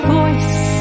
voice